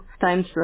times